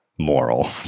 Moral